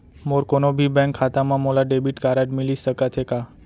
मोर कोनो भी बैंक खाता मा मोला डेबिट कारड मिलिस सकत हे का?